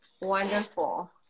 wonderful